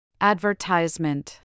advertisement